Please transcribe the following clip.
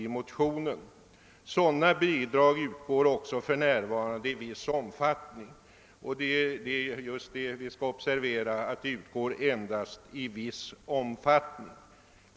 Utskottet fortsätter: »Sådana bidrag utgår också f.n. i viss omfattning.» Det är värt att observera att de utgår endast »i viss omfattning«.